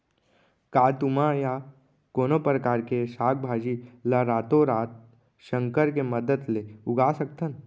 का तुमा या कोनो परकार के साग भाजी ला रातोरात संकर के मदद ले उगा सकथन?